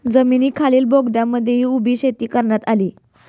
जमिनीखालील बोगद्यांमध्येही उभी शेती करण्यात आली